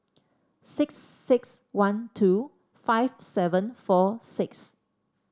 six six one two five seven four six